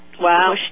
Wow